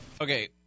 Okay